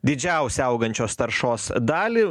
didžiausią augančios taršos dalį